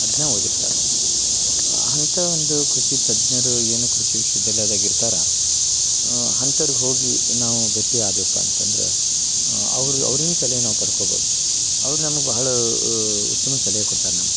ಅದನ್ನೇ ಓದಿರ್ತಾರೆ ಅವ್ರ ಅಂಥಾ ಒಂದು ಕೃಷಿ ತಜ್ಞರು ಏನು ಕೃಷಿ ವಿಷ್ಯದಲ್ಲಿ ಅದಗ್ ಇರ್ತಾರ ಅಂಥರ್ಗ ಹೋಗಿ ನಾವು ಭೇಟಿ ಆದ್ವೆಪ್ಪ ಅಂತಂದ್ರ ಅವ್ರು ಅವ್ರಿನ ಸಲಹೆ ನಾವು ಪಡ್ಕೊಬೋದು ಅವ್ರು ನಮ್ಗ ಬಹಳ ಉತ್ತಮ ಸಲಹೆ ಕೊಡ್ತಾರೆ ನಮ್ಗ